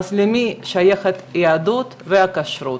אז למי שייכת היהדות והכשרות.